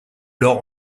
lors